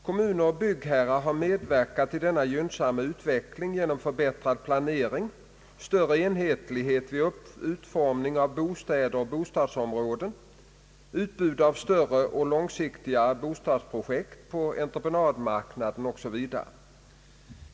Kommuner och byggherrar har medverkat till denna gynnsamma utveckling genom förbättrad planering, större enhetlighet vid utformning av bostäder och bostadsområden, utbud av större och långsiktigare bostadsprojekt på entreprenadmarknaden 0. s. v.